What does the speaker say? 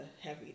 heavy